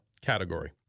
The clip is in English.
category